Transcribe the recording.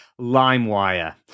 LimeWire